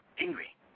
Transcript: angry